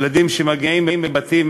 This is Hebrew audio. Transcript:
ילדים שמגיעים מבתים